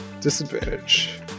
disadvantage